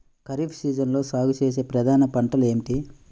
ఖరీఫ్ సీజన్లో సాగుచేసే ప్రధాన పంటలు ఏమిటీ?